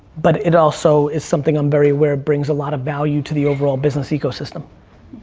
but it also is something i'm very aware brings a lot of value to the overall business ecosystem.